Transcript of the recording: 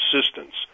assistance